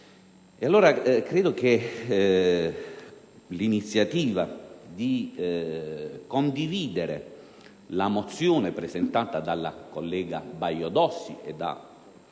quindi, che l'iniziativa di condividere la mozione presentata dalla collega Baio e da